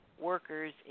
workers